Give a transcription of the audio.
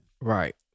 Right